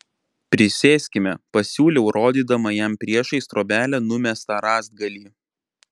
prisėskime pasiūliau rodydama jam priešais trobelę numestą rąstgalį